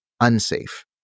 unsafe